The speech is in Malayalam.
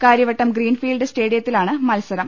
കാര്യവട്ടം ഗ്രീൻഫീൽഡ് സ്റ്റേഡിയത്തിലാണ് മത്സരം